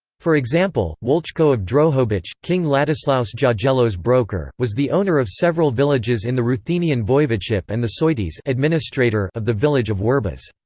for example, wolczko of drohobycz, king ladislaus jagiello's broker, was the owner of several villages in the ruthenian voivodship and the soitys of the village of werbiz.